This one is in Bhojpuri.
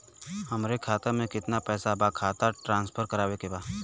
हमारे खाता में कितना पैसा बा खाता ट्रांसफर करावे के बा?